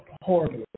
horribly